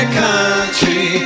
country